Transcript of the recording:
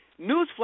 newsflash